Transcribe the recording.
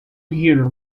hear